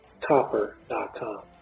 copper.com